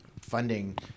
funding